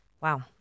Wow